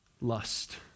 lust